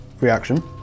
Reaction